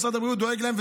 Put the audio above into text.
משרד הבריאות דואג להם,